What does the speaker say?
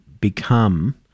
become